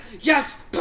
Yes